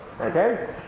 okay